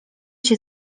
się